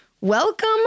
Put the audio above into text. Welcome